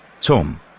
Tom